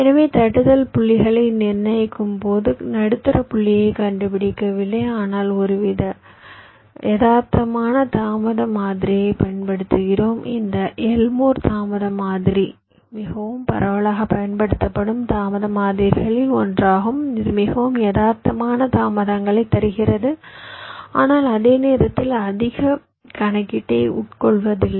எனவே தட்டுதல் புள்ளிகளை நிர்ணயிக்கும் போது நடுத்தர புள்ளியைக் கண்டுபிடிக்கவில்லை ஆனால் ஒருவிதமான யதார்த்தமான தாமத மாதிரியைப் பயன்படுத்துகிறோம் இந்த எல்மோர் தாமத மாதிரி மிகவும் பரவலாகப் பயன்படுத்தப்படும் தாமத மாதிரிகளில் ஒன்றாகும் இது மிகவும் யதார்த்தமான தாமதங்களைத் தருகிறது ஆனால் அதே நேரத்தில் அதிக கணக்கீட்டை உட்கொள்வதில்லை